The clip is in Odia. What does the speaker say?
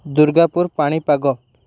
ଦୁର୍ଗାପୁରର ପାଣିପାଗ